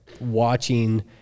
watching